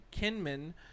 Kinman